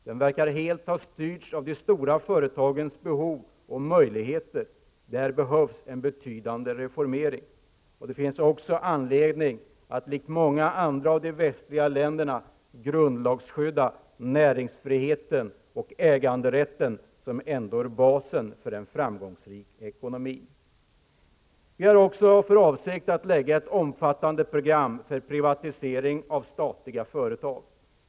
Den verkar helt ha styrts av de stora företagens behov och möjligheter. Där behövs en betydande reformering, och det finns anledning för Sverige att likt många andra av de västliga länderna grundlagsskydda näringsfriheten och äganderätten, som ändå är basen för en framgångsrik ekonomi. Vi har också för avsikt att lägga fram ett omfattande program för privatisering av statliga företag.